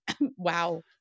Wow